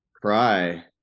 cry